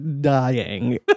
dying